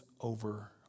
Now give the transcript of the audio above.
over